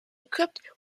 equipped